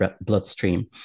bloodstream